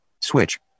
Switch